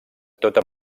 tota